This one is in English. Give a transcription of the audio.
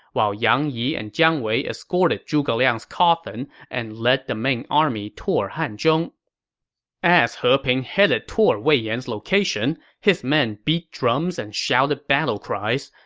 while yang yi and jiang wei escorted zhuge liang's coffin and led the main army toward hanzhong as he ping headed toward wei yan's location, his men beat drums and shouted battle cries.